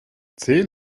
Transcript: zehn